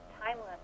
timeless